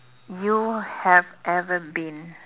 you have ever been